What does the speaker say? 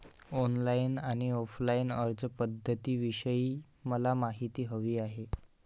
online आणि offline अर्जपध्दतींविषयी मला माहिती हवी आहे